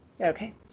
okay